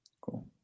Cool